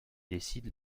décide